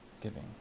giving